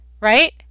right